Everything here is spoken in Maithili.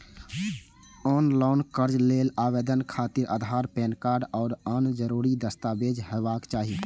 ऑनलॉन कर्ज लेल आवेदन खातिर आधार, पैन कार्ड आ आन जरूरी दस्तावेज हेबाक चाही